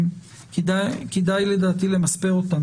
כדאי למספר אותם.